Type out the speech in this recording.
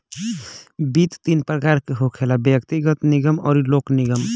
वित्त तीन प्रकार के होखेला व्यग्तिगत, निगम अउरी लोक निगम